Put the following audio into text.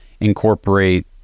incorporate